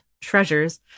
treasures